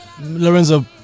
Lorenzo